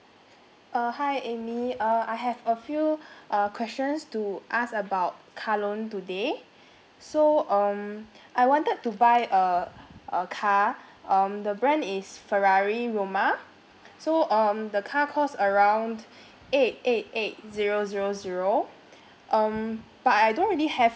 uh hi amy uh I have a few uh questions to ask about car loan today so um I wanted to buy uh a car um the brand is ferrari roma so um the car cost around eight eight eight zero zero zero um but I don't really have